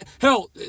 hell